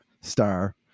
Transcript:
star